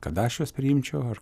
kad aš juos priimčiau ar